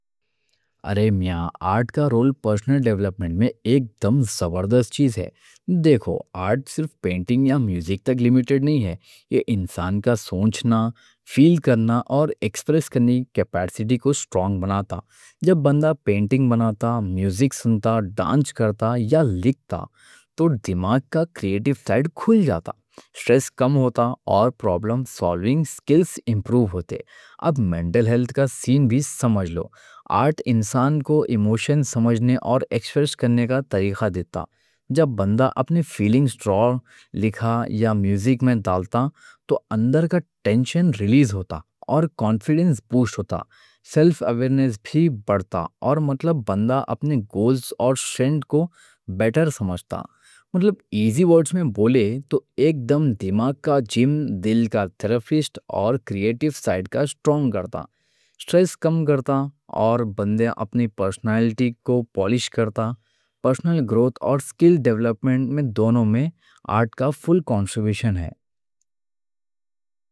ارے میاں، آرٹ کا رول پرسنل ڈیولپمنٹ میں ایک دم زبردست چیز ہے۔ دیکھو، آرٹ صرف پینٹنگ یا میوزک تک لیمیٹڈ نہیں ہے؛ یہ انسان کا سوچنا، فیل کرنا اور ایکسپریس کرنے کی کیپیسٹی کو اسٹرونگ بناتا۔ جب بندہ پینٹنگ بناتا، میوزک سنتا، ڈانس کرتا یا لکھتا تو دماغ کا کریئیٹیو سائیڈ کھل جاتا۔ سٹریس کم ہوتا اور پرابلم سالونگ سکلز امپروو ہوتے۔ اب منٹل ہیلتھ کا سین بھی سمجھ لو، آرٹ انسان کو ایموشن سمجھنے اور ایکسپریس کرنے کا طریقہ دیتا۔ جب بندہ اپنے فیلنگز ڈراؤ، لکھتا یا میوزک میں ڈالتا تو اندر کا ٹینشن ریلیز ہوتا اور کانفیڈنس بوسٹ ہوتا۔ سیلف اویئرنیس بھی بڑھتا اور مطلب بندہ اپنے گولز اور اسٹرینتھ کو بیٹر سمجھتا۔ مطلب ایزی ورڈز میں بولے تو، ایک دم دماغ کا جیم، دل کا تھیراپسٹ اور کریئیٹیو سائیڈ کو اسٹرونگ کرتا۔ سٹریس کم کرتا اور بندہ اپنی پرسنالٹی کو پالش کرتا۔ پرسنل گروتھ اور سکل ڈیولپمنٹ میں دونوں میں آرٹ کا فل کنٹریبیوشن ہے۔